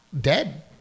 dead